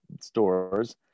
stores